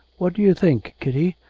what do you think, kitty,